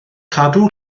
cadw